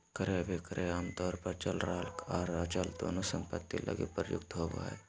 क्रय अभिक्रय आमतौर पर चल आर अचल दोनों सम्पत्ति लगी प्रयुक्त होबो हय